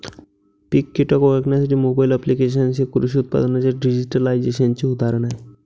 पीक कीटक ओळखण्यासाठी mobile applications हे कृषी उत्पादनांच्या डिजिटलायझेशनचे उदाहरण आहे